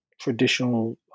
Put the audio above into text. traditional